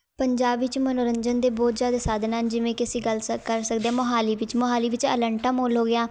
ਪੰਜਾਬ ਵਿੱਚ ਮਨੋਰੰਜਨ ਦੇ ਬਹੁਤ ਜ਼ਿਆਦਾ ਸਾਧਨ ਹਨ ਜਿਵੇਂ ਕਿ ਅਸੀਂ ਗੱਲ ਸ ਕਰ ਸਕਦੇ ਹਾਂ ਮੋਹਾਲੀ ਵਿੱਚ ਮੋਹਾਲੀ ਵਿੱਚ ਅਲੈਂਟਾ ਮੋਲ ਹੋ ਗਿਆ